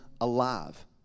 alive